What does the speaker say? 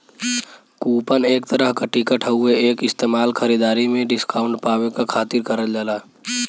coupon एक तरह क टिकट हउवे एक इस्तेमाल खरीदारी में डिस्काउंट पावे क खातिर करल जाला